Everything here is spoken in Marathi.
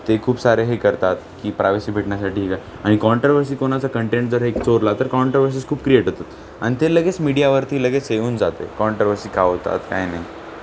ते खूप सारे हे करतात की प्रायव्हसी भेटण्यासाठी आणि कॉन्ट्रवर्सी कोणाचा कंटेट जर हे चोरला तर कॉन्ट्रवर्सीस खूप क्रिएट होतात आणि ते लगेच मीडियावरती लगेच येऊन जाते कॉन्ट्रवर्सी का होतात काय नाही